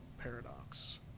paradox